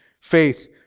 Faith